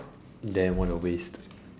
damn what a waste